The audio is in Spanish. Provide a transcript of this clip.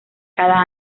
cada